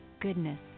goodness